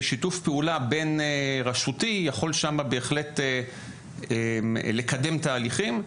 ששיתוף פעולה בין-רשותי יכול שם בהחלט לקדם תהליכים.